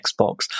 xbox